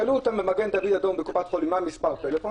שאלו אותו במגן דוד אדום או בקופת-חולים מהו מספר הטלפון,